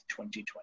2020